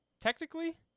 technically